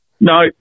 No